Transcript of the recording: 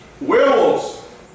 Werewolves